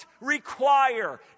require